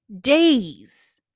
days